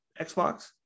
Xbox